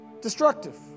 destructive